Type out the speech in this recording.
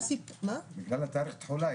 בגלל תאריך התחולה,